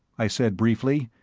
i said briefly,